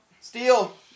Steal